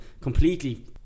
completely